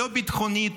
לא ביטחונית,